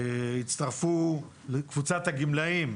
קבוצת הגמלאים,